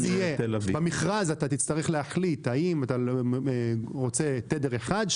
במכרז תצטרך להחליט האם אתה רוצה תדר אחד,